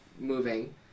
moving